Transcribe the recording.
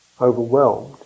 overwhelmed